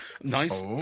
Nice